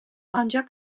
ancak